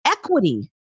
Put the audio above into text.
Equity